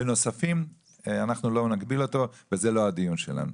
בנוספים, אנחנו לא נגביל אותו, וזה לא הדיון שלנו.